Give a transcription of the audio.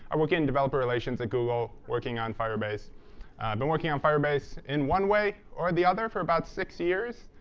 i work in developer relations at google working on firebase. i've been working on firebase in one way or the other for about six years,